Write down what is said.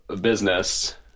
business